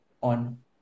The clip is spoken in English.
on